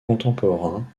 contemporains